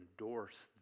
endorse